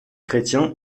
chrétien